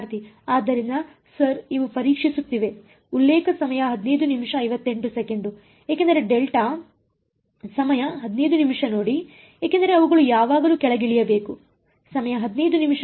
ವಿದ್ಯಾರ್ಥಿ ಆದ್ದರಿಂದ ಸರ್ ಇವು ಪರೀಕ್ಷಿಸುತ್ತಿವೆ ಏಕೆಂದರೆ ಡೆಲ್ಟಾ ಏಕೆಂದರೆ ಅವುಗಳು ಯಾವಾಗಲೂ ಕೆಳಗಿಳಿಯಬೇಕು ಇಲ್ಲ ಅದು ಏನು